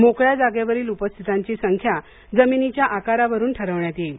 मोकळ्या जागेवरील उपस्थितांची संख्या जमिनीच्या आकारावरून ठरवण्यात येईल